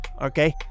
Okay